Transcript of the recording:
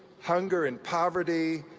hunger and poverty,